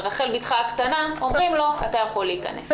אומרים לו ברחל בתך הקטנה: אתה יכול להיכנס,